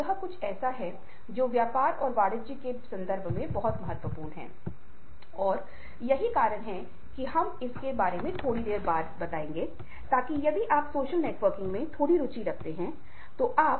यहां तक कि अगर नौकरी बड़ी है तो आप पहले से ही नौकरी के बारे में जागरूक होने की योजना बनाएंगे ताकि वह समय सीमा मे पूरा कर सके